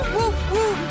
Woo-woo